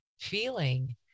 feeling